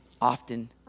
often